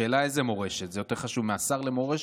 השאלה איזה מורשת, יותר חשוב מהשר למורשת,